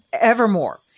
evermore